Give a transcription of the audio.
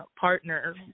partner